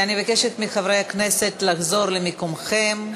אני מבקשת מחברי הכנסת לחזור למקומותיכם.